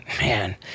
Man